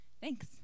Thanks